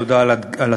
תודה על התיקון,